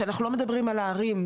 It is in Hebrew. שאנחנו לא מדברים על הערים.